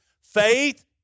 faith